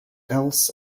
else